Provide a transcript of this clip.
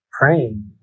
praying